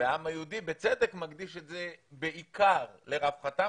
והעם היהודי בצדק מקדיש את זה בעיקר לרווחתם